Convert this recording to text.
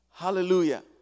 Hallelujah